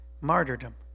martyrdom